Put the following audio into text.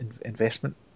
investment